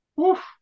oof